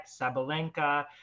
Sabalenka